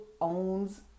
owns